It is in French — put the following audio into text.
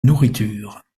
nourriture